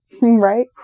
Right